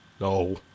No